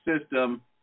system